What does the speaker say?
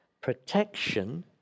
protection